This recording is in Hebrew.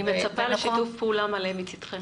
אני מצפה לשיתוף פעולה מלא מצדכם.